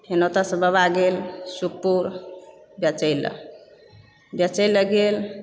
फेन ओतएसँ बाबा गेल सुखपुर बेचयलऽ बेचयलऽ गेल